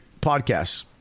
podcasts